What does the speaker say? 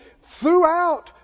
Throughout